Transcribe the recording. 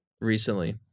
recently